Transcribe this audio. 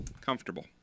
Comfortable